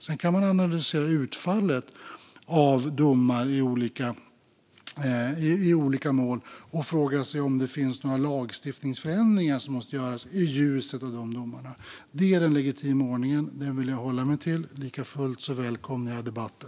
Sedan kan man analysera utfallet av domar i olika mål och fråga sig om det finns några lagstiftningsförändringar som måste göras i ljuset av de domarna. Det är den legitima ordningen, och den vill jag hålla mig till. Likafullt välkomnar jag debatten.